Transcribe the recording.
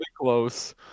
close